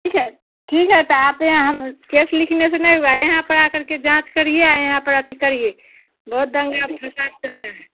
ठीक है ठीक है तो आप यहाँ हम केस लिखने से नहीं होगा यहाँ पर आ करके जाँच करिए आ यहाँ पर आके करिए बहुत दंगा फसाद चलता है